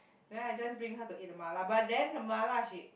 then I just bring her to eat the mala but then the mala she